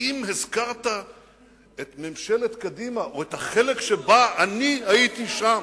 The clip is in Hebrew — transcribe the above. האם הזכרת את ממשלת קדימה או את החלק שבו אני הייתי שם,